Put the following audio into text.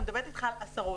אני מדברת איתך על עשרות.